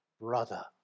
brother